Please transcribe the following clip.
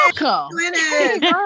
Welcome